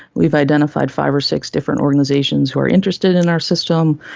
we have identified five or six different organisations who are interested in our system,